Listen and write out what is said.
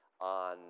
on